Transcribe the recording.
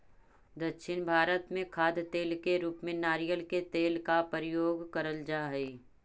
दक्षिण भारत में खाद्य तेल के रूप में नारियल के तेल का प्रयोग करल जा हई